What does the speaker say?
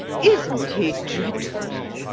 isn't he dreadful?